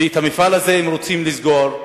ואת המפעל הזה רוצים לסגור.